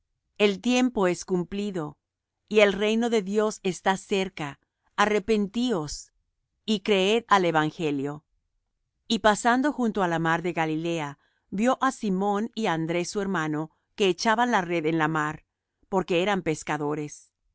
el tiempo es cumplido y el reino de dios está cerca arrepentíos y creed al evangelio y pasando junto á la mar de galilea vió á simón y á andrés su hermano que echaban la red en la mar porque eran pescadores